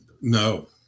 No